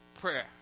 prayer